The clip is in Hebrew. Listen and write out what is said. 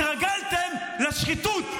התרגלתם לשחיתות.